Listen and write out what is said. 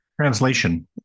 Translation